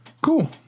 Cool